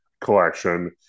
collection